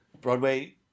Broadway